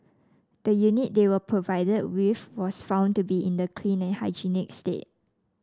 the unit they were provided with was found to be in a clean and hygienic state